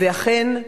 ואכן,